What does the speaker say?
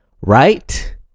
Right